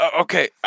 Okay